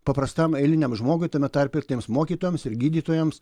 paprastam eiliniam žmogui tame tarpe ir tiems mokytojams ir gydytojams